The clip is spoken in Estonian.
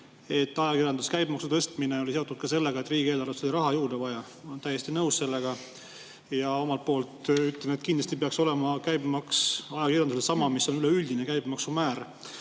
et ajakirjanduse käibemaksu tõstmine oli seotud ka sellega, et riigieelarvesse oli raha juurde vaja. Ma olen täiesti nõus sellega ja omalt poolt ütlen, et kindlasti peaks olema käibemaks ajakirjandusele sama, mis on üleüldine käibemaksu määr.